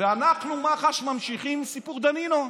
אנחנו, מח"ש, ממשיכים עם סיפור דנינו.